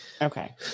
Okay